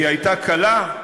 הייתה קלה?